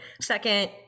second